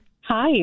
Hi